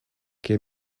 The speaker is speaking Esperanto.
kie